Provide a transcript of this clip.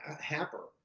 Happer